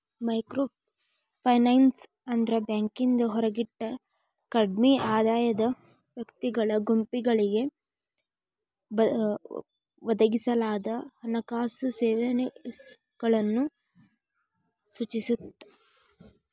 microfinance ಅಂದ್ರ ಬ್ಯಾಂಕಿಂದ ಹೊರಗಿಟ್ಟ ಕಡ್ಮಿ ಆದಾಯದ ವ್ಯಕ್ತಿಗಳ ಗುಂಪುಗಳಿಗೆ ಒದಗಿಸಲಾದ ಹಣಕಾಸು ಸೇವೆಗಳನ್ನ ಸೂಚಿಸ್ತದ